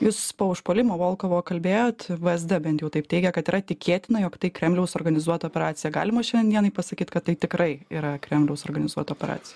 jūs po užpuolimo volkovo kalbėjot vzd bent jau taip teigia kad yra tikėtina jog tai kremliaus organizuota operacija galima šiandien dienai pasakyt kad tai tikrai yra kremliaus organizuota operacija